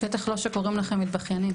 בטח לא כשקוראים לכם מתבכיינים.